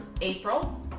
April